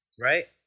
right